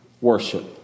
worship